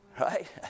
Right